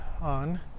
on